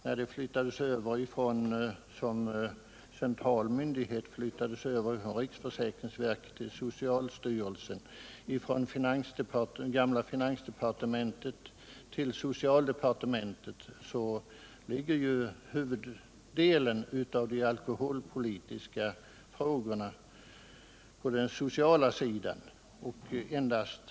När dessa frågor på central myndighetsnivå flyttades över från riksskatteverket till socialstyrelsen och från det gamla finansdepartementet till socialdepartementet — huvuddelen av de alkoholpolitiska frågorna ligger ju på den sociala sidan — flyttades de också över till socialutskottet.